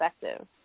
perspective